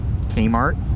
Kmart